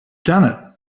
done